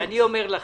ושאכן יהיה